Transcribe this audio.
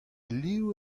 liv